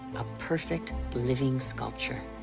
a perfect, living sculpture.